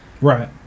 Right